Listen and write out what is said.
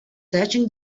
searching